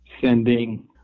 sending